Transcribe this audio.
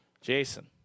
Jason